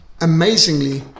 amazingly